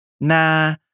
nah